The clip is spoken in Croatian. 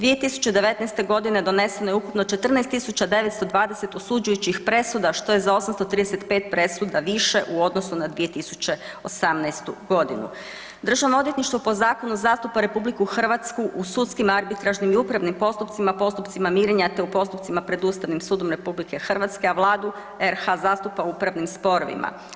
2019.g. doneseno je ukupno 14.920 osuđujućih presuda što je za 835 presuda više u odnosu na 2018.g. DORH po zakonu zastupa RH u sudskim arbitražnim i upravnim postupcima, postupcima mirenja te u postupcima pred Ustavnim sudom RH, a Vladu RH zastupa u upravnim sporovima.